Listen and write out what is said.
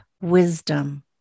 wisdom